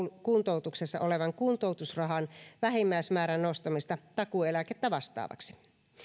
kuntoutuksessa olevan kuntoutusrahan vähimmäismäärän nostamista takuueläkettä vastaavaksi